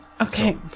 Okay